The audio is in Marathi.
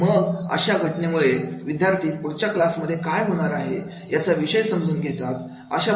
आणि मग अशा घोषणेमुळे विद्यार्थी पुढच्या क्लास मध्ये काय होणार आहे याच्या विषय समजून घेतात